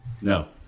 No